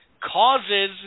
causes